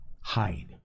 Hide